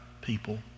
people